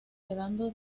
quedando